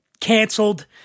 canceled